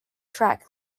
track